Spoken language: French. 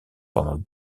pendant